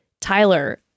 tyler